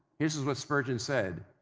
this is what spurgeon said,